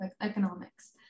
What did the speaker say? Economics